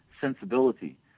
sensibility